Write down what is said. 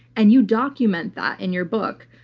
and you document that in your book.